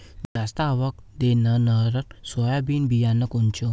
जास्त आवक देणनरं सोयाबीन बियानं कोनचं?